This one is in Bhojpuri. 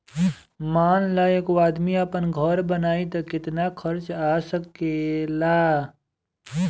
मान ल एगो आदमी आपन घर बनाइ त केतना खर्च आ सकेला